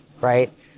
right